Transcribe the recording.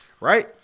right